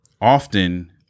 often